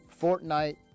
Fortnite